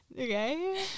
Okay